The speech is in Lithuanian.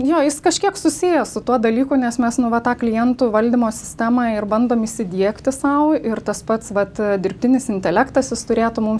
jo jis kažkiek susijęs su tuo dalyku nes mes nu va tą klientų valdymo sistemą ir bandom įsidiegti sau ir tas pats vat dirbtinis intelektas jis turėtų mum